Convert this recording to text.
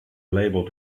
label